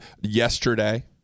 yesterday